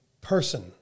person